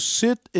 sit